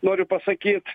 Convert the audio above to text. noriu pasakyt